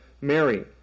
Mary